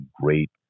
great